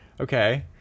okay